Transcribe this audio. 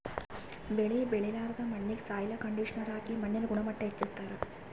ಬೆಳಿ ಬೆಳಿಲಾರ್ದ್ ಮಣ್ಣಿಗ್ ಸಾಯ್ಲ್ ಕಂಡಿಷನರ್ ಹಾಕಿ ಮಣ್ಣಿನ್ ಗುಣಮಟ್ಟ್ ಹೆಚಸ್ಸ್ತಾರ್